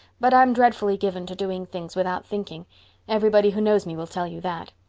but i'm dreadfully given to doing things without thinking everybody who knows me will tell you that.